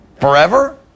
forever